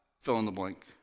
fill-in-the-blank